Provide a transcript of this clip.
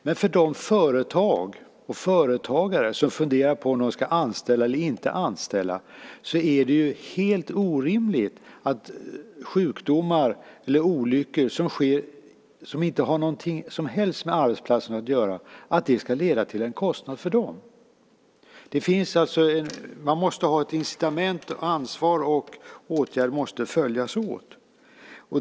Men för de företag och de företagare som funderar på om de ska anställa eller inte anställa är det helt orimligt att sjukdomar eller olyckor som sker och som inte har något som helst med arbetsplatsen att göra ska leda till en kostnad för dem. Man måste ha ett incitament, och ansvar och åtgärder måste följas åt.